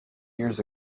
years